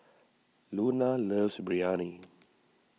Luna loves Biryani